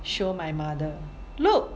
show my mother look